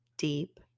deep